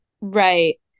right